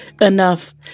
enough